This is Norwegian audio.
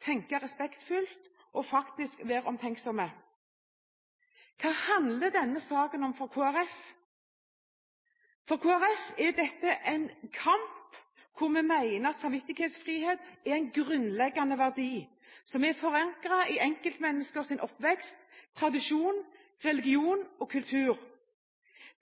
Jeg vil tenke respektfullt og faktisk være omtenksom. Hva handler denne saken om for Kristelig Folkeparti? For Kristelig Folkeparti er dette en kamp hvor vi mener at samvittighetsfrihet er en grunnleggende verdi, som er forankret i enkeltmenneskers oppvekst, tradisjon, religion og kultur.